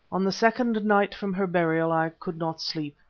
on the second night from her burial i could not sleep.